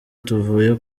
tuvuye